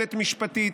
מתגוננת משפטית,